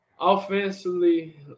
offensively